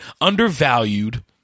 undervalued